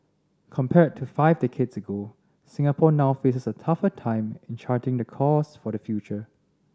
compared to five decades ago Singapore now faces a tougher time in charting the course for the future